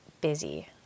busy